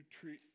treat